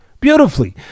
Beautifully